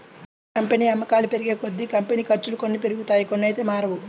company అమ్మకాలు పెరిగేకొద్దీ, company ఖర్చులు కొన్ని పెరుగుతాయి కొన్నైతే మారవు